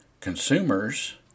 consumers